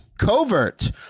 Covert